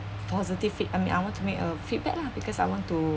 positive feed~ I mean I want to make a feedback lah because I want to